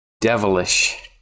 Devilish